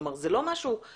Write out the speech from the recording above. כלומר, זה לא משהו חדש.